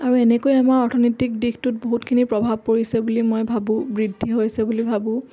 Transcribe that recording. আৰু এনেকৈ আমাৰ অৰ্থনৈতিক দিশটোত বহুতখিনি প্ৰভাৱ পৰিছে বুলি মই ভাবোঁ বৃদ্ধি হৈছে বুলি ভাবোঁ